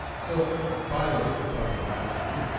so by the way, this is probably a radical view.